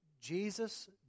Jesus